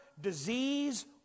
disease